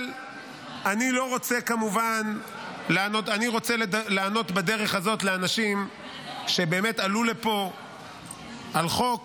אני רוצה לענות בדרך הזאת לאנשים שבאמת עלו לפה על חוק